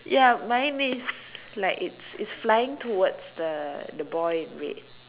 ya mine is like it's it's flying towards the the boy in red